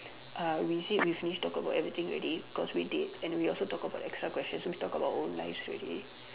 uh we say we finished talk about everything already cause we did and we also talk about extra questions so we talk about our own lives already